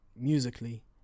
musically